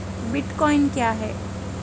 Bitcoin क्या है?